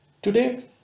Today